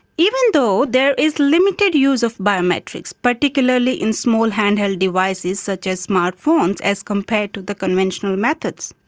even though there is limited use of biometrics, particularly in small hand-held devices such as smart phones as compared to the conventional methods.